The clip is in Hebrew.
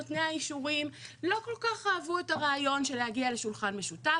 נותני האישורים לא כל כך אהבו את הרעיון של להגיע לשולחן משותף.